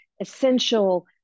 essential